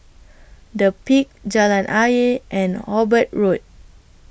The Peak Jalan Ayer and Hobart Road